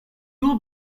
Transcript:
will